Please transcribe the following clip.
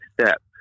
step